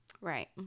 right